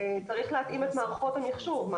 צריך להתאים את מערכות המחשוב.